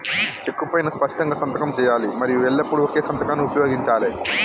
చెక్కు పైనా స్పష్టంగా సంతకం చేయాలి మరియు ఎల్లప్పుడూ ఒకే సంతకాన్ని ఉపయోగించాలే